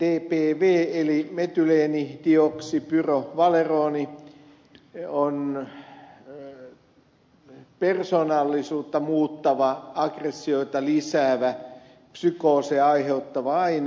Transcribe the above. tämä mdpv eli metyleenidioksipyrovaleroni on persoonallisuutta muuttava aggressioita lisäävä psykooseja aiheuttava aine